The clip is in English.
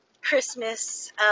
Christmas